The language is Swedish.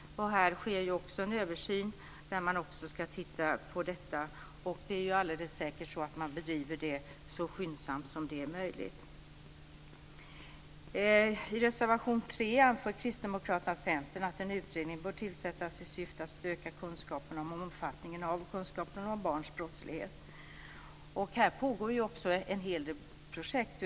Här sker också en översyn, och det är säkert att det arbetet bedrivs så skyndsamt som möjligt. I reservation 3 anför Kristdemokraterna och Centern att en utredning bör tillsättas i syfte att öka kunskaperna om barns brottslighet. Här pågår också en hel del projekt.